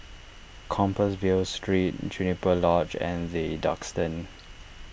Compassvale Street Juniper Lodge and the Duxton